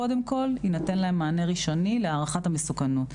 קודם כול יינתן להם מענה ראשוני להערכת המסוכנות.